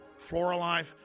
Floralife